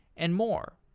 and more.